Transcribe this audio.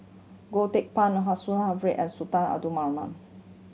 Goh Teck Phuan and Sultan Abdul Rahman